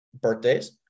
birthdays